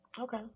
Okay